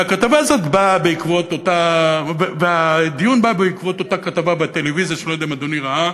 והדיון בא בעקבות אותה כתבה בטלוויזיה שאני לא יודע אם אדוני ראה,